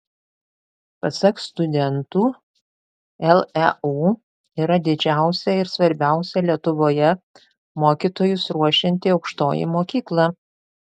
pasak studentų leu yra didžiausia ir svarbiausia lietuvoje mokytojus ruošianti aukštoji mokykla